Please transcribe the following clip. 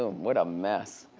ah what a mess.